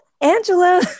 Angela